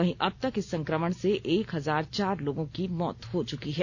वहीं अबतक इस संक्रमण से एक हजार चार लोगों की मौत हो चुकी है